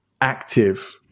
active